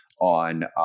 on